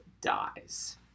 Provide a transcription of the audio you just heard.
dies